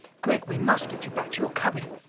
gregg, we must get you back to your cubby!